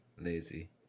lazy